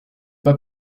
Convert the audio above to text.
pas